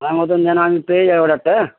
সময় মতন যেন আমি পেয়ে যায় অর্ডারটা হ্যাঁ